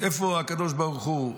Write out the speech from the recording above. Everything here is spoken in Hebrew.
איפה הקדוש ברוך הוא?